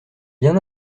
bien